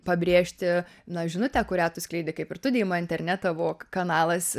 pabrėžti na žinutę kurią tu skleidi kaip ir tu deimante ar ne tavo kanalas